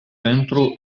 pentru